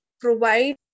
provide